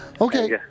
Okay